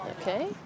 Okay